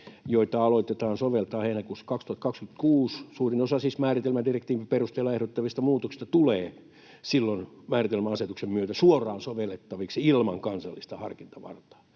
joita aloitetaan soveltamaan heinäkuussa 2026. Suurin osa siis määritelmädirektiivin perusteella ehdotettavista muutoksista tulee silloin määritelmäasetuksen myötä suoraan sovellettaviksi ilman kansallista harkintavaltaa.